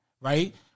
Right